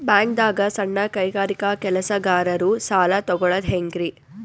ಬ್ಯಾಂಕ್ದಾಗ ಸಣ್ಣ ಕೈಗಾರಿಕಾ ಕೆಲಸಗಾರರು ಸಾಲ ತಗೊಳದ್ ಹೇಂಗ್ರಿ?